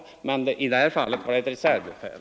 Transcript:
I det aktuella fallet var övningsledaren ett reservbefäl.